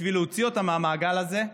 בשביל להוציא אותם מהמעגל הזה,